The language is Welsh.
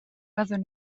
fyddwn